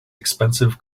expensive